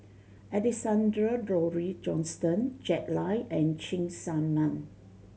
Alexander Laurie Johnston Jack Lai and Cheng Tsang Man